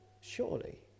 surely